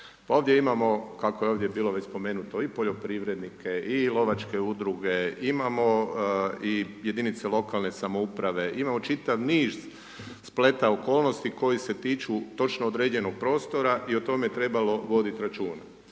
ovdje imamo kako je ovdje već spomenuto, i poljoprivrednike i lovačke udruge, imamo i jedinice lokalne samouprave, imamo čitav niz spleta okolnosti koji se tiču točno određenog prostora i o tome trebamo voditi računa.